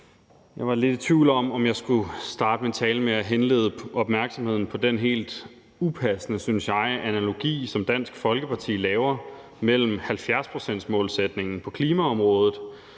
Jeg var lidt i tvivl om, om jeg skulle starte min tale med at henlede opmærksomheden på den helt upassende, synes jeg, analogi, som Dansk Folkeparti laver mellem 70-procentsmålsætningen på klimaområdet